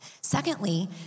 Secondly